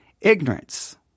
ignorance